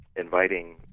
inviting